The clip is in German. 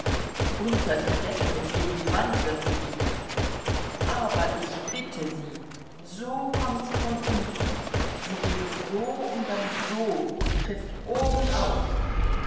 unter die decke und gegen die wand wird sie gehen aber ich bitte sie so kommt sie von unten sie geht so und dann so und trifft oben auf